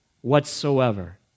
whatsoever